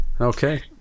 Okay